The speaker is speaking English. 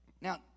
Now